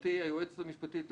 גברתי היועצת המשפטית,